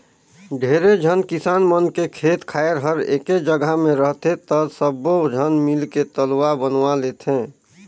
ढेरे झन किसान मन के खेत खायर हर एके जघा मे रहथे त सब्बो झन मिलके तलवा बनवा लेथें